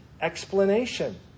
explanation